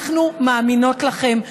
אנחנו מאמינות לכם.